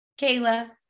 kayla